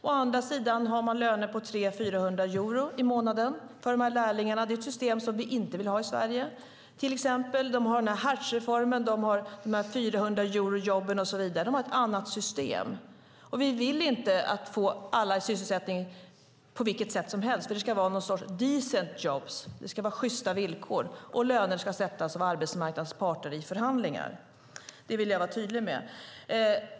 Å andra sidan har man löner på 300-400 euro i månaden för de här lärlingarna. Det är ett system vi inte vill ha i Sverige. De har Hartzreformen, 400-euro-jobben och så vidare. De har ett annat system. Vi vill inte få alla i sysselsättning på vilket sätt som helst; det ska vara någon sorts decent jobs. Det ska vara sjysta villkor, och löner ska sättas av arbetsmarknadens parter i förhandlingar. Det vill jag vara tydlig med.